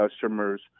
customers